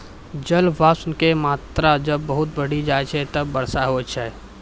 जलवाष्प के मात्रा जब बहुत बढ़ी जाय छै तब वर्षा होय छै